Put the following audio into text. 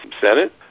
Senate